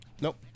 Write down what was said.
Nope